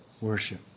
worship